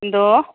എന്തോ